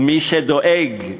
ומי שדואג,